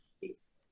Peace